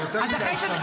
אני יותר מדי סבלן,